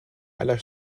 aller